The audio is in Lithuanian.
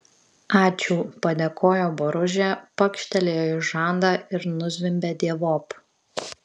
ačiū padėkojo boružė pakštelėjo į žandą ir nuzvimbė dievop